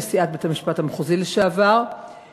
נשיאת בית-המשפט המחוזי לשעבר,